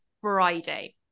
friday